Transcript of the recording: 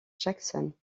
jackson